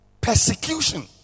persecution